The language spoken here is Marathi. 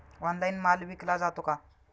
ऑनलाइन माल विकला जातो का?